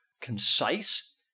concise